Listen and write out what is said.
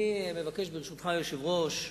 ברשותך, היושב-ראש,